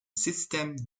système